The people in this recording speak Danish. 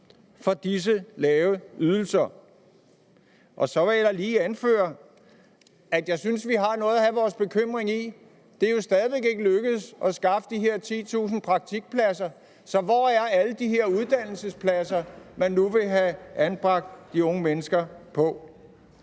for disse lave ydelser. Så vil jeg da lige anføre, at jeg synes, at vi har noget at have vores bekymring i. Det er jo stadig væk ikke lykkedes at skaffe de her 10.000 praktikpladser, så hvor er alle de her uddannelsespladser, man nu vil have anbragt de unge mennesker i?